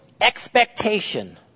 expectation